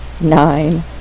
Nine